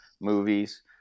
movies